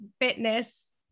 fitness